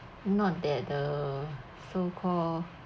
not that the so called